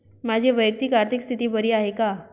माझी वैयक्तिक आर्थिक स्थिती बरी आहे का?